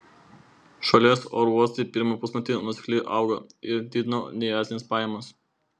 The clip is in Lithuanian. šalies oro uostai pirmą pusmetį nuosekliai augo ir didino neaviacines pajamas